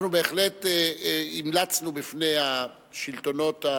אנחנו בהחלט המלצנו בפני המוסדות